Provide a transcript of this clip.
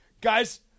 guys